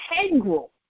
integral